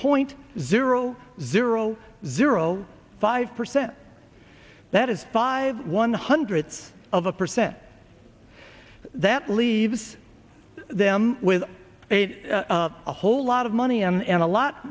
point zero zero zero five percent that is five one hundredth of a percent that leaves them with a a whole lot of money and a lot